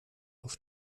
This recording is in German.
auf